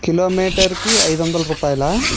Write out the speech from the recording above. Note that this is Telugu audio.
కిలోమీటర్కి ఐదు వందల రూపాయలా